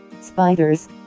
spiders